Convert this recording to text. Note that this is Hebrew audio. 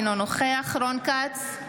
אינו נוכח רון כץ,